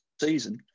season